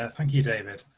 ah thank you david,